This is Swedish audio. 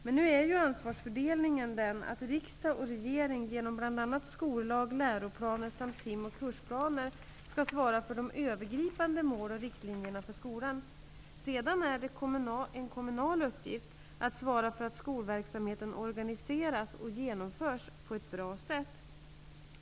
Men nu är ju ansvarsfördelningen den att riksdag och regering genom bl.a. skollag, läroplaner samt tim och kursplaner skall svara för de övergripande mål och riktlinjerna för skolan. Sedan är det en kommunal uppgift att svara för att skolverksamheten organiseras och genomförs på ett bra sätt.